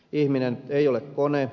ihminen ei ole kone